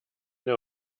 der